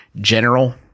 general